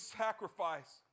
sacrifice